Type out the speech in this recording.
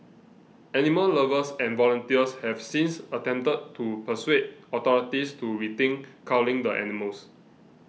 animal lovers and volunteers have since attempted to persuade authorities to rethink culling the animals